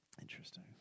Interesting